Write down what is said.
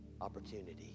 opportunity